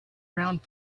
around